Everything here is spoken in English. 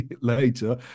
later